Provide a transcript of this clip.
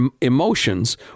emotions